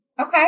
Okay